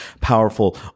powerful